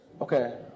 okay